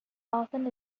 often